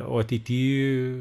o ateity